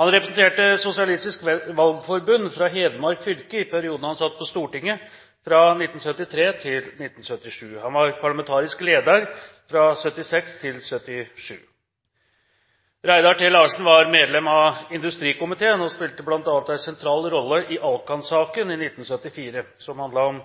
Han representerte Sosialistisk Valgforbund fra Hedmark fylke i perioden han satt på Stortinget, fra 1973 til 1977. Han var parlamentarisk leder fra 1976 til 1977. Reidar T. Larsen var medlem av industrikomiteen og spilte bl.a. en sentral rolle i Alcan-saken i 1974, som handlet om